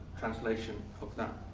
translation of that